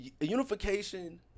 unification